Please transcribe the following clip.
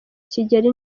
kigeli